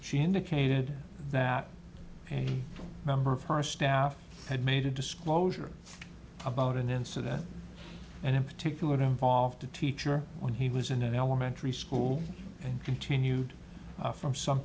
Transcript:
she indicated that a member of her staff had made a disclosure about an incident and in particular it involved a teacher when he was in an elementary school and continued from some